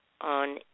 on